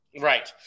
Right